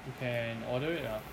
you can order it lah